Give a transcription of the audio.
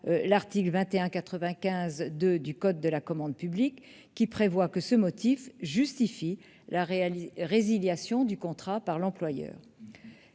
l'article L. 2195-2 du code de la commande publique qui prévoit que ce motif justifie la résiliation du contrat par l'acheteur.